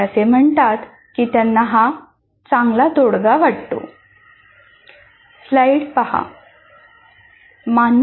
ते असे म्हणतात की त्यांना हा एक चांगला तोडगा वाटतो